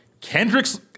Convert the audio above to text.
Kendrick's